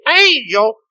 angel